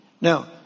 Now